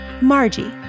Margie